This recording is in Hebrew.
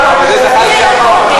אף אחד לא יישאר כאן בלי התורה.